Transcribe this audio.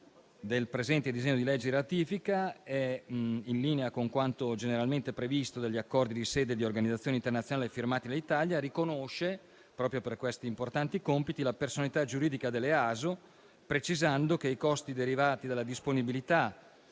del presente disegno di legge di ratifica è in linea con quanto generalmente previsto dagli accordi di sede di organizzazioni internazionali firmati dall'Italia e riconosce, proprio per questi importanti compiti, la personalità giuridica dell'EASO, precisando che i costi derivati dalla disponibilità